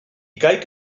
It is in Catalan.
caic